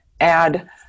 add